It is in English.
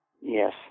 Yes